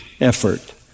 effort